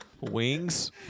Wings